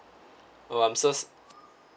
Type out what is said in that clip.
oh I'm so